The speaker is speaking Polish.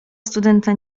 studenta